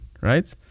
right